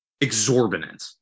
exorbitant